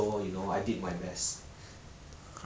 ya okay ah just give up already ah